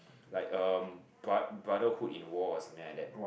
like uh brotherhood in war or something like that